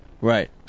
Right